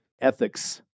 ethics